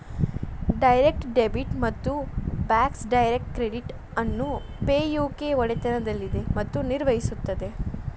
direct debit ಮತ್ತು Bacs direct credit ಅನ್ನು Pay U K ಒಡೆತನದಲ್ಲಿದೆ ಮತ್ತು ನಿರ್ವಹಿಸುತ್ತದೆ